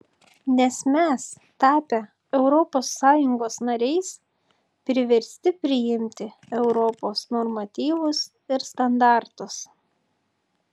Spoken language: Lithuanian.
nes mes tapę europos sąjungos nariais priversti priimti europos normatyvus ir standartus